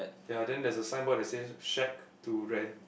ya then there's a signboard that says Shack to Rent